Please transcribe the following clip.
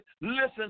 Listen